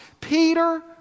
Peter